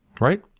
right